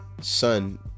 son